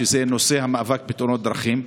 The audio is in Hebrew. המאבק בתאונות הדרכים.